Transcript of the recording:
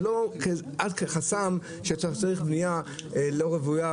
זה לא חסם שצריך בניה לא רוויה,